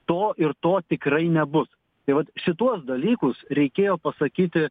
to ir to tikrai nebus tai vat šituos dalykus reikėjo pasakyti